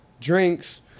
drinks